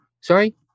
sorry